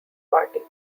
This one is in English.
party